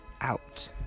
out